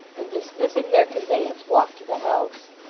and dismissing their conveyance, walked to the house.